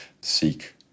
seek